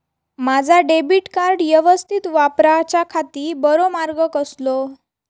माजा debit card यवस्तीत वापराच्याखाती बरो मार्ग कसलो?